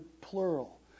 plural